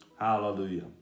Hallelujah